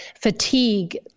fatigue